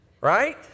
Right